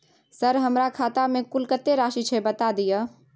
Sir हमरा खाता में कुल कत्ते राशि छै बता दिय?